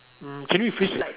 mm can you rephrase the